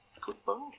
Goodbye